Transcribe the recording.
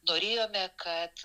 norėjome kad